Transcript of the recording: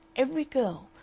every girl,